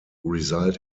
result